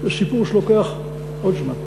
זה סיפור שלוקח עוד זמן.